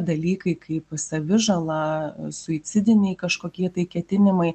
dalykai kaip savižala suicidiniai kažkokie tai ketinimai